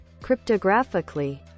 Cryptographically